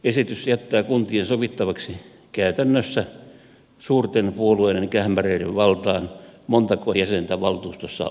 esitys jättää kuntien sovittavaksi käytännössä suurten puolueiden kähmäreiden valtaan montako jäsentä valtuustossa on